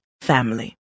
family